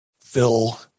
Phil